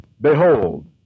behold